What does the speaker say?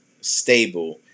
stable